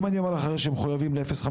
אם אני אומר לך שהם מחויבים ל-0.59%?